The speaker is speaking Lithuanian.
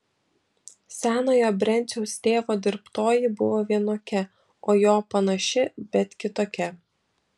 senojo brenciaus tėvo dirbtoji buvo vienokia o jo panaši bet kitokia